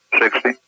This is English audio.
Sixty